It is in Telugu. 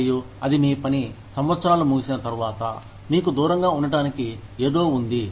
మరియు అది మీ పని సంవత్సరాలు ముగిసిన తర్వాత మీకు దూరంగా ఉండటానికి ఏదో ఉంది